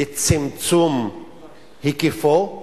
לצמצום היקפו.